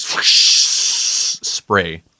Spray